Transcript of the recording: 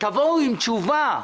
תבואו עם תשובה.